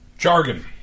Jargon